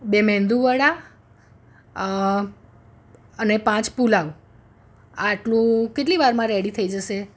બે મેંદુવડા અને પાંચ પુલાવ આટલું કેટલી વારમાં રેડી થઈ જશે